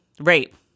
rape